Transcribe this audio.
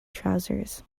trousers